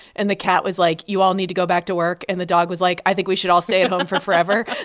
and the cat was like, you all need to go back to work, and the dog was like, i think we should all stay at home for forever